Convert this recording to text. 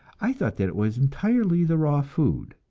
i thought that it was entirely the raw food,